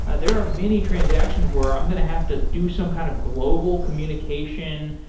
ah there are many transactions where i'm going to have to do some kind of global communication.